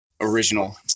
original